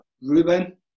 Ruben